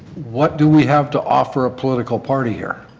what do we have to offer a political party here?